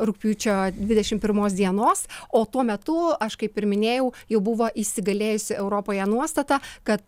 rugpjūčio dvidešim pirmos dienos o tuo metu aš kaip ir minėjau jau buvo įsigalėjusi europoje nuostata kad